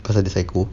pasal dia psycho